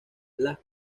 las